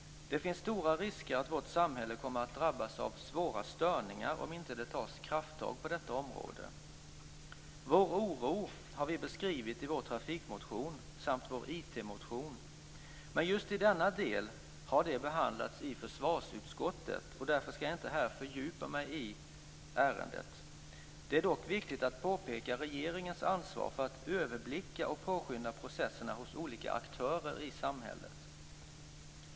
Det finns stor risk för att vårt samhälle kommer att drabbas av svåra störningar om det inte tas krafttag på detta område. Vår oro har vi beskrivit i vår trafikmotion samt i vår IT-motion. Men just i denna del har det behandlats i försvarsutskottet och därför skall jag inte här fördjupa mig i ärendet. Det är dock viktigt att påpeka regeringens ansvar för att överblicka och påskynda processerna hos olika aktörer i samhället.